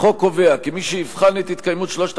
החוק קובע כי מי שיבחן את התקיימות שלושת